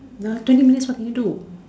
the twenty minutes what can you do